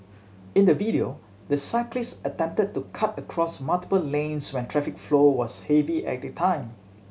in the video the cyclist attempted to cut across multiple lanes when traffic flow was heavy at that time